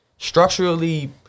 structurally